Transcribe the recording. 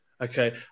Okay